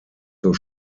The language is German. zur